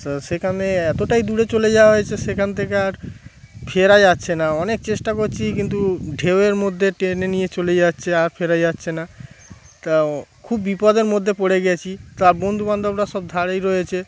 তো সেখানে এতটাই দূরে চলে যাওয়া হয়েছে সেখান থেকে আর ফেরা যাচ্ছে না অনেক চেষ্টা করছি কিন্তু ঢেউয়ের মধ্যে টেনে নিয়ে চলে যাচ্ছে আর ফেরা যাচ্ছে না তা খুব বিপদের মধ্যে পড়ে গিয়েছি তো আর বন্ধুবান্ধবরা সব ধারেই রয়েছে